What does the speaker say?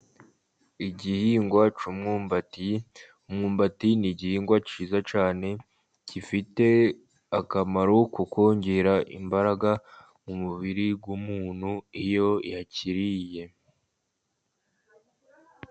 Igihingwa cy'umwumbati. Umwumbati ni igihingwa cyiza cyane, gifite akamaro ko kongera imbaraga mu mubiri w'umuntu iyo yakiriye.